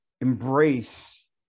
embrace